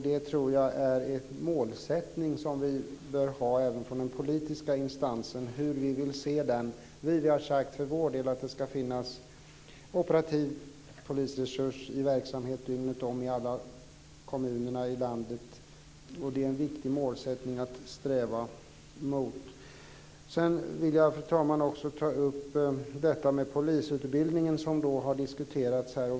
Det tror jag är en målsättning som vi bör ha även från den politiska instansen. Hur vill vi se verksamheten? Vi har sagt för vår del att det ska finnas en operativ polisresurs i verksamhet dygnet om i alla kommuner i landet. Det är en viktig målsättning att sträva mot. Sedan vill jag, fru talman, också ta upp detta med polisutbildningen, som har diskuterats här.